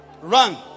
Run